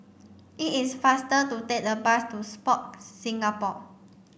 it is faster to take the bus to Sport Singapore